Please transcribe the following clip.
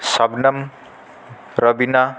सम्डम् Rabina